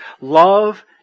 Love